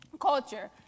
culture